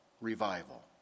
revival